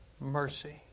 mercy